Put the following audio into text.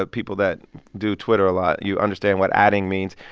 but people that do twitter a lot, you understand what atting means,